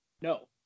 no